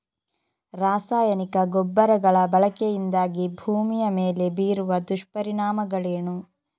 ರಾಸಾಯನಿಕ ಗೊಬ್ಬರಗಳ ಬಳಕೆಯಿಂದಾಗಿ ಭೂಮಿಯ ಮೇಲೆ ಬೀರುವ ದುಷ್ಪರಿಣಾಮಗಳೇನು?